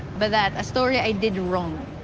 but that a story i did wrong,